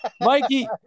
Mikey